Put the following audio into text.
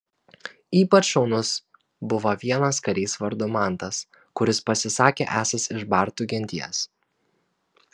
ypač šaunus buvo vienas karys vardu mantas kuris pasisakė esąs iš bartų genties